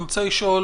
אני רוצה לשאול,